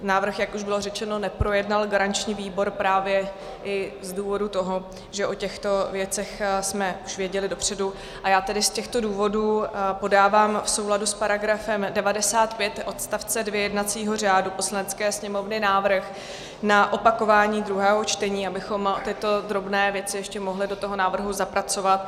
Návrh, jak už bylo řečeno, neprojednal garanční výbor právě i z důvodu toho, že o těchto věcech jsme už věděli dopředu, a já tedy z těchto důvodů podávám v souladu s § 95 odst. 2 jednacího řádu Poslanecké sněmovny návrh na opakování druhého čtení, abychom tyto drobné věci ještě mohli do toho návrhu zapracovat.